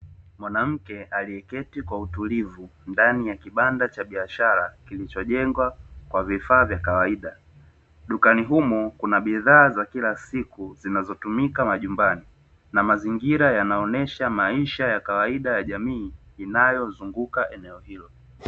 Mwanamke aliyeketi kwa utulivu ndani ya kibanda cha biashara kilichojengwa kwa vifaa vya kawaida. Dukani humo kuna bidhaa za kila siku zinazotumika majumbani, na mazingira yanaonyesha maisha ya kawaida ya jamii inayozunguka eneo hilo.